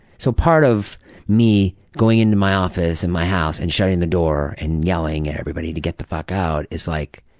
so part of me going into my office in my house and shutting the door and yelling at everybody to get the fuck out, is like,